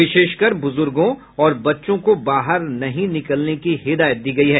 विशेष कर बुजुर्गों और बच्चों को बाहर नहीं निकलने की हिदायत दी है